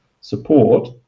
support